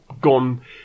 gone